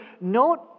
note